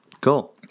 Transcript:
Cool